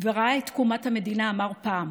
וראה את תקומת המדינה, אמר פעם: